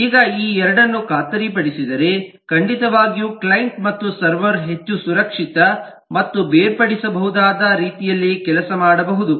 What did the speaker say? ಈಗ ಈ ಎರಡನ್ನು ಖಾತರಿಪಡಿಸಿದರೆ ಖಂಡಿತವಾಗಿಯೂ ಕ್ಲೈಂಟ್ ಮತ್ತು ಸರ್ವರ್ ಹೆಚ್ಚು ಸುರಕ್ಷಿತ ಮತ್ತು ಬೇರ್ಪಡಿಸಬಹುದಾದ ರೀತಿಯಲ್ಲಿ ಕೆಲಸ ಮಾಡಬಹುದು